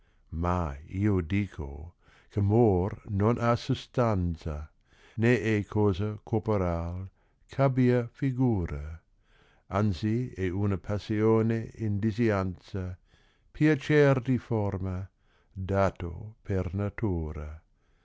ma io dico eh amor non ha sustania né é cosa corporal ch'abbia figura anzi è una passione in disianza piacer di forma dato per natura